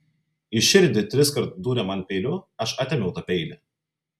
į širdį triskart dūrė man peiliu aš atėmiau tą peilį